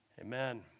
amen